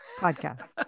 podcast